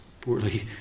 poorly